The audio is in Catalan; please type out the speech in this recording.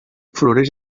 floreix